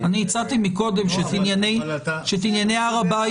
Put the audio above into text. אני הצעתי מקודם שאת ענייני הר הבית,